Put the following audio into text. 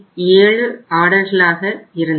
70 ஆர்டர்களாக இருந்தது